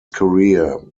career